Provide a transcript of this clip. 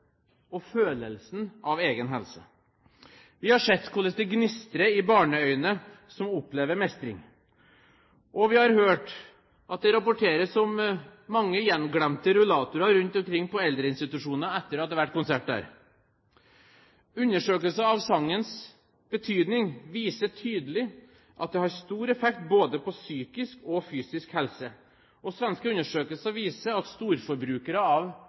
og følelsen av egen helse. Vi har sett hvordan det gnistrer i barneøyne som opplever mestring. Vi har hørt at det rapporteres om mange gjenglemte rullatorer rundt omkring på eldreinstitusjoner etter at det har vært konsert der. Undersøkelser av sangens betydning viser tydelig at den har stor effekt både på psykisk og fysisk helse. Svenske undersøkelser viser at storforbrukere av